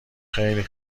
خیلی